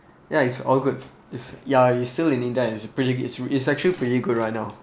ya it's all good is ya is still in india and it's pretty it's a actually pretty good right now